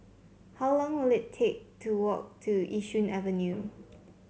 how long will it take to walk to Yishun Avenue